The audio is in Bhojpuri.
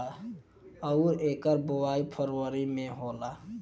अउर एकर बोवाई फरबरी मे होला